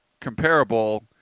comparable –